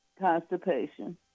Constipation